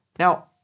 Now